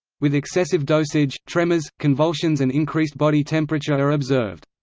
with excessive dosage, tremors, convulsions and increased body temperature are observed.